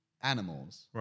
animals